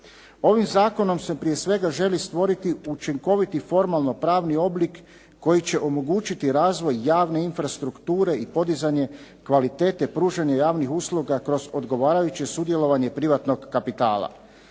Ovim zakonom se prije svega želi stvoriti učinkoviti formalno-pravni oblik koji će omogućiti razvoj javne infrastrukture i podizanje kvalitete pružanja javnih usluga kroz odgovarajuće sudjelovanje privatnog kapitala.